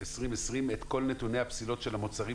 2020 את כל נתוני הפסילות של המוצרים